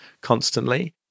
constantly